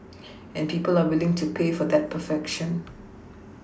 and people are willing to pay for that perfection